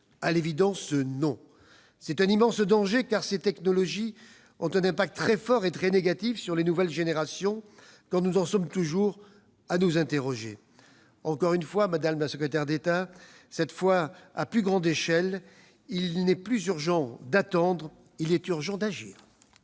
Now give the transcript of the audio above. À l'évidence, non. Or c'est un immense danger, car ces technologies ont eu un impact très fort et très négatif sur les nouvelles générations, et nous en sommes toujours à nous interroger. Encore une fois, madame la secrétaire d'État- à plus grande échelle, cette fois -, il n'est plus urgent d'attendre, il est urgent d'agir.